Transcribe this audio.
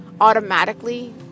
automatically